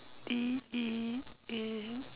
D E N